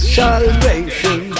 salvation